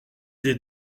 des